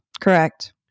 Correct